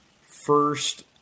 first